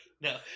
No